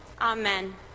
Amen